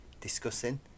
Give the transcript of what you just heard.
discussing